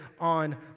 on